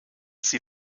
sie